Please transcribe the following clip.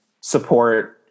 support